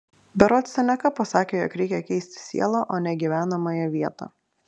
berods seneka pasakė jog reikia keisti sielą o ne gyvenamąją vietą